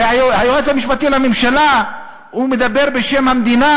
הרי היועץ המשפטי לממשלה מדבר בשם המדינה.